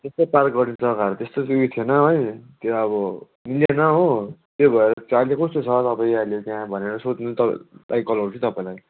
त्यस्तो पार्क गर्ने जग्गाहरू त्यस्तो थिएन है त्यो अब मिलेन हो त्यो भएर चाहिँ अहिले कस्तो छ तपाईँ अहिले त्यहाँ भनेर सोध्नु तपाईँलाई कल गरेको तपाईँलाई